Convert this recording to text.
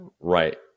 right